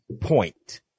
point